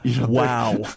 Wow